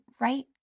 right